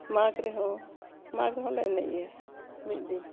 ᱢᱟᱜᱽ ᱨᱮᱦᱚᱸ ᱢᱟᱜᱽ ᱨᱮᱦᱚᱸ ᱞᱮ ᱮᱱᱮᱡ ᱜᱮᱭᱟ ᱢᱤᱫ ᱫᱤᱱ